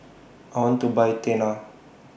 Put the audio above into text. I want to Buy Tena